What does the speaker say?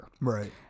Right